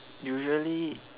usually